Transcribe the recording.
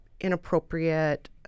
inappropriate